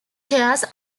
chairs